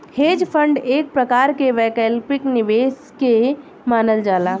hedge fund एक प्रकार के वैकल्पिक निवेश के मानल जाला